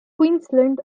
queensland